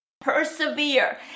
Persevere